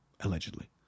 allegedly